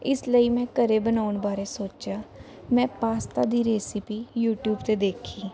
ਇਸ ਲਈ ਮੈਂ ਘਰੇ ਬਣਾਉਣ ਬਾਰੇ ਸੋਚਿਆ ਮੈਂ ਪਾਸਤਾ ਦੀ ਰੇਸਪੀ ਯੂਟਿਊਬ 'ਤੇ ਦੇਖੀ